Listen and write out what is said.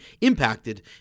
impacted